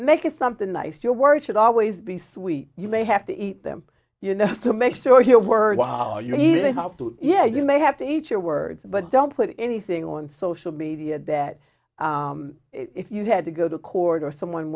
make it something nice your words should always be sweet you may have to eat them you know to make sure your word while you really have to yeah you may have to eat your words but don't put anything on social media that if you had to go to court or someone